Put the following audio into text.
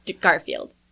Garfield